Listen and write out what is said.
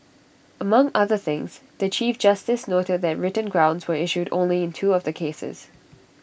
among other things the chief justice noted that written grounds were issued only in two of the cases